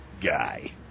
guy